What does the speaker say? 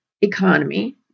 economy